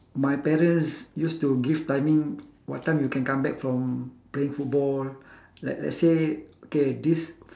my parents used to give timing what time you can come back from playing football like let's say okay this